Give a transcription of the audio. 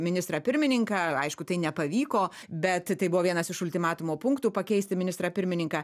ministrą pirmininką aišku tai nepavyko bet tai buvo vienas iš ultimatumo punktų pakeisti ministrą pirmininką